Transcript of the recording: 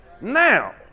now